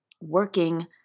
working